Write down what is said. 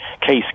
case